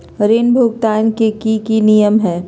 ऋण भुगतान के की की नियम है?